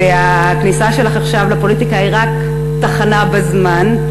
והכניסה שלך עכשיו לפוליטיקה היא רק תחנה בזמן,